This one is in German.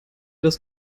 das